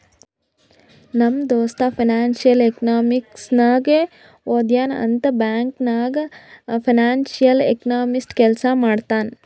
ನಮ್ ದೋಸ್ತ financial economics ನಾಗೆ ಓದ್ಯಾನ್ ಅಂತ್ ಬ್ಯಾಂಕ್ ನಾಗ್ ಫೈನಾನ್ಸಿಯಲ್ ಎಕನಾಮಿಸ್ಟ್ ಕೆಲ್ಸಾ ಮಾಡ್ತಾನ್